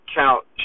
count